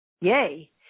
Yay